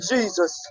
Jesus